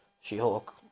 She-Hulk